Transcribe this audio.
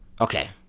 Okay